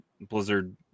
blizzard